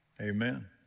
Amen